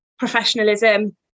professionalism